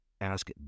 ask